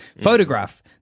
photograph